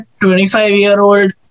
25-year-old